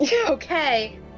Okay